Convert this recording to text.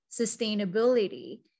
sustainability